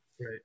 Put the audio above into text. Right